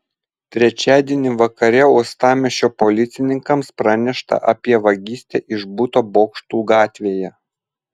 trečiadienį vakare uostamiesčio policininkams pranešta apie vagystę iš buto bokštų gatvėje